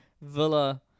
Villa